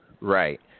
Right